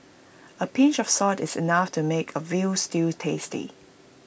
A pinch of salt is enough to make A Veal Stew tasty